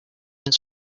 his